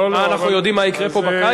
מה, אנחנו יודעים מה יקרה כאן בקיץ?